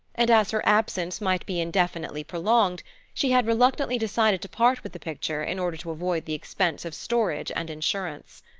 and as her absence might be indefinitely prolonged she had reluctantly decided to part with the picture in order to avoid the expense of storage and insurance.